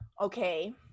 okay